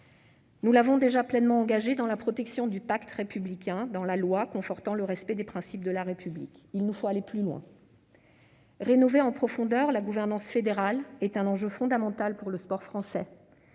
Nous avons déjà pleinement engagé le monde sportif dans la protection du pacte républicain, avec la loi confortant le respect des principes de la République ; il nous faut maintenant aller plus loin. Rénover en profondeur la gouvernance fédérale est un enjeu fondamental pour le sport français,